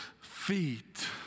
feet